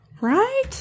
Right